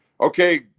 Okay